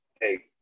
hey